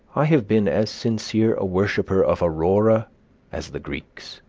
i have been as sincere a worshipper of aurora as the greeks.